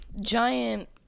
giant